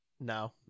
No